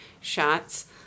shots